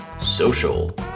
social